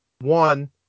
one